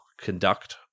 conduct